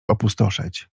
opustoszeć